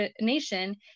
nation